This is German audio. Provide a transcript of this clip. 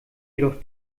jedoch